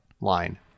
line